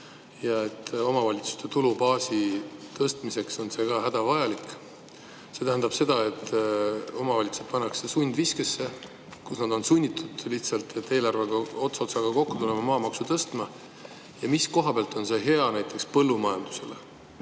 ja et omavalitsuste tulubaasi tõstmiseks on see ka hädavajalik. See tähendab seda, et omavalitsused pannakse sundviskesse, kus nad on sunnitud lihtsalt, et eelarves ots otsaga kokku tulla, maamaksu tõstma. Ja mis koha pealt on see hea näiteks põllumajandusele?